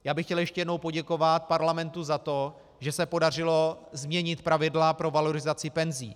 Já bych chtěl ještě jednou poděkovat Parlamentu za to, že se podařilo změnit pravidla pro valorizaci penzí.